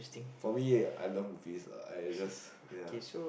for me I learn pizza I just ya